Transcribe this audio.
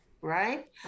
right